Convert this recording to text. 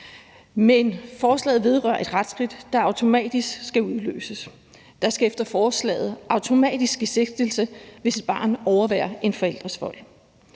men forslaget vedrører et retsskridt, der automatisk skal udløses. Der skal efter forslaget automatisk ske sigtelse, hvis et barn overværer en forælders vold.